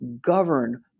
govern